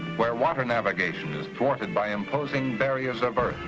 where water navigation is thwarted by imposing barriers of earth,